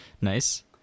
Nice